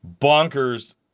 bonkers